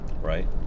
Right